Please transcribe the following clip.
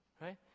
Right